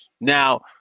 Now